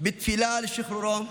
בתפילה לשחרורו,